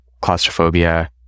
claustrophobia